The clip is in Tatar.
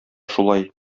шулай